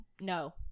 No